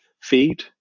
feed